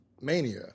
Mania